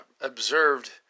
observed